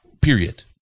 Period